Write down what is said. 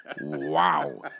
Wow